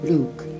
Luke